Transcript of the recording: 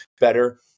better